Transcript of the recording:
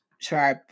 sorry